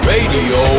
Radio